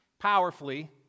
powerfully